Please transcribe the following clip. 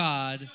God